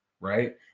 right